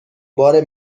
بار